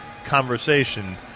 Conversation